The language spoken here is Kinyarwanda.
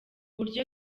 buryo